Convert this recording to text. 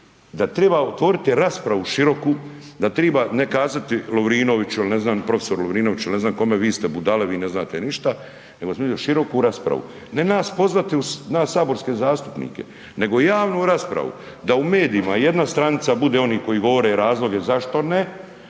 da treba otvoriti raspravu široku, da treba kazati Lovrinoviću ili prof. Lovrinoviću ili ne znam kome – vi ste budale, vi ne znate ništa – nego … široku raspravu. Ne nas pozvati u nas saborske zastupnike, nego javnu raspravu da u medijima jedna stranica bude onih koji govore razloge zašto ne,